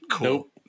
nope